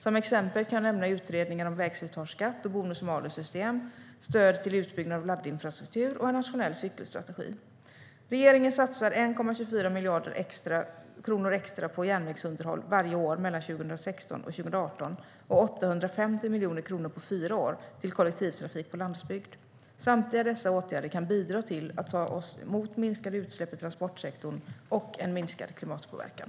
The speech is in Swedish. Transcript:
Som exempel kan jag nämna utredningar om vägslitageskatt och bonus-malus-system, stöd till utbyggnad av laddinfrastruktur och en nationell cykelstrategi. Regeringen satsar 1,24 miljarder kronor extra på järnvägsunderhåll varje år mellan 2016 och 2018 och 850 miljoner kronor på fyra år till kollektivtrafik på landsbygd. Samtliga dessa åtgärder kan bidra till att ta oss mot minskade utsläpp i transportsektorn och en minskad klimatpåverkan.